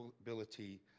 ability